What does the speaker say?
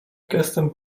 gestem